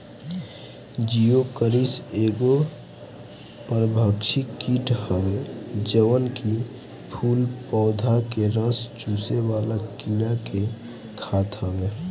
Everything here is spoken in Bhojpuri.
जिओकरिस एगो परभक्षी कीट हवे जवन की फूल पौधा के रस चुसेवाला कीड़ा के खात हवे